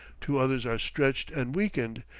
two others are stretched and weakened,